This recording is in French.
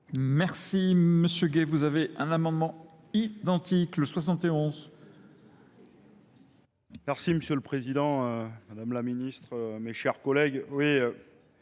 Merci, monsieur Laylek. Vous avez un amendement identique, le 51. Merci, monsieur le Président, madame la Ministre, messieurs les